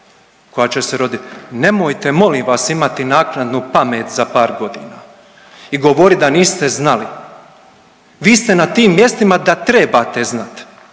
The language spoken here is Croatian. koja će se roditi. Nemojte molim vas imati naknadnu pamet za par godina i govoriti da niste znali. Vi ste na tim mjestima da trebate znati,